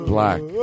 Black